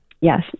Yes